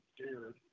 scared